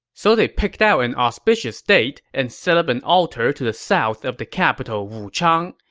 so they picked out an auspicious date and set up an altar to the south of the capital wuchang.